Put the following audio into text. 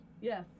Yes